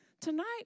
Tonight